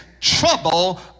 trouble